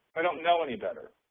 don't know any better.